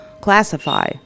classify